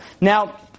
Now